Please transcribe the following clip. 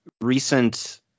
recent